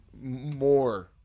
more